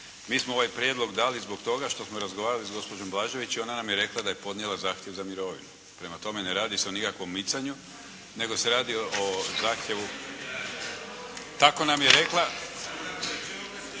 Mi smo ovaj prijedlog dali zbog toga što smo razgovarali sa gospođom Blažević i ona nam je rekla da je podnijela zahtjev za mirovinu. Prema tome, ne radi se o nikakvom micanju, nego se radi o zahtjevu. …/Govornici